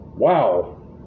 Wow